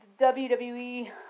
WWE